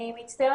אני מצטערת,